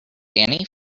dani